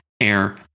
air